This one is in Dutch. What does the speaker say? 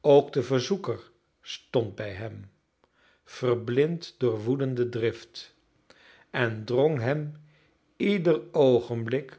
ook de verzoeker stond bij hem verblind door woedende drift en drong hem ieder oogenblik